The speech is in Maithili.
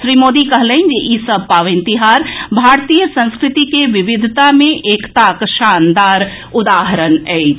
श्री मोदी कहलनि जे ई सभ पावनि तिहार भारतीय संस्कृति के विविधता मे एकताक शानदार उदाहरण अछि